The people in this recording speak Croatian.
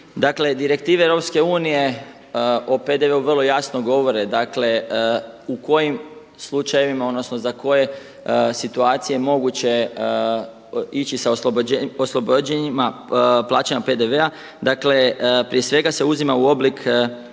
direktive EU o PDV-u vrlo jasno govore, dakle u kojim slučajevima odnosno za koje situacije moguće je ići sa oslobođenjima plaćanja PDV-a. Dakle prije svega se uzima u oblik